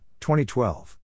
2012